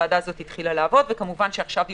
הוועדה הזאת התחילה לעבוד ועכשיו היא